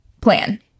plan